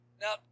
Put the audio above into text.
Now